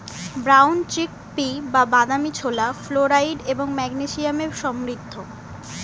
brown chickpea বা বাদামী ছোলা ফ্লোরাইড এবং ম্যাগনেসিয়ামে সমৃদ্ধ